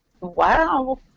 Wow